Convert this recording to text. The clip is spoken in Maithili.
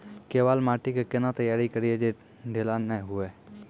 केवाल माटी के कैना तैयारी करिए जे ढेला नैय हुए?